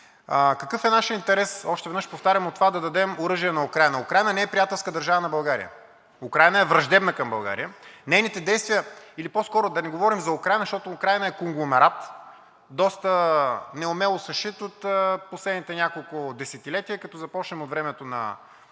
Какъв е нашият интерес, още веднъж повтарям, от това да дадем оръжие на Украйна? Украйна не е приятелска държава на България – Украйна е враждебна към България. Нейните действия… Или по-скоро да не говорим за Украйна, защото Украйна е конгломерат, доста неумело съшит от последните няколко десетилетия, като започнем от времето на Ленин,